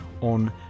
on